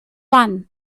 won